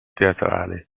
teatrali